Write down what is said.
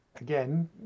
Again